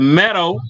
meadow